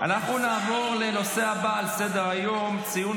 אנחנו נעבור לנושא הבא על סדר-היום: ציון